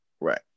Right